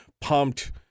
pumped